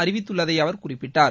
அறிவித்துள்ளதை அவர் குறிப்பிட்டார்